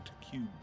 cube